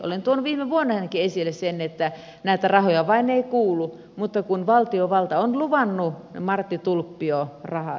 olen tuonut viime vuonnakin esille sen että näitä rahoja vain ei kuulu mutta kun valtiovalta on luvannut marttitulppio tien rahat